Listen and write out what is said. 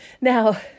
Now